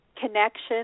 connection